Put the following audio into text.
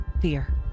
fear